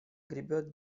гребёт